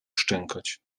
szczękać